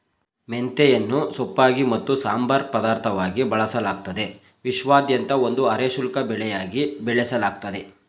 ಮೆಂತೆಯನ್ನು ಸೊಪ್ಪಾಗಿ ಮತ್ತು ಸಂಬಾರ ಪದಾರ್ಥವಾಗಿ ಬಳಸಲಾಗ್ತದೆ ವಿಶ್ವಾದ್ಯಂತ ಒಂದು ಅರೆ ಶುಷ್ಕ ಬೆಳೆಯಾಗಿ ಬೆಳೆಸಲಾಗ್ತದೆ